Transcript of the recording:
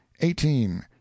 eighteen